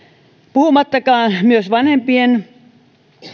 puhumattakaan vanhempien